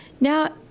now